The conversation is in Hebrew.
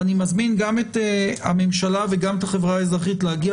אני מזמין גם את הממשלה וגם את החברה האזרחית להגיע